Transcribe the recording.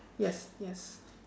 yes yes